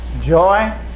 joy